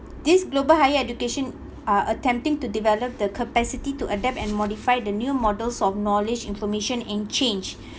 this global higher education are attempting to develop the capacity to adapt and modify the new models of knowledge information in change